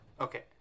Okay